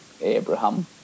Abraham